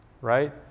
right